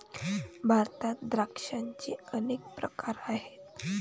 भारतात द्राक्षांचे अनेक प्रकार आहेत